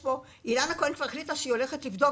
אילנה כהן החליטה שהיא הולכת לבדוק